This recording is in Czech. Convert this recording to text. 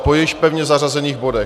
Po již pevně zařazených bodech.